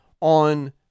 on